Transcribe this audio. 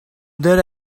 there